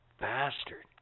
bastard